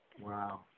Wow